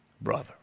Brother